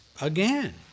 again